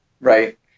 Right